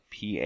PA